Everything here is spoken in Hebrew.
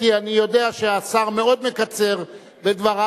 כי אני יודע שהשר מאוד מקצר בדבריו,